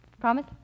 Promise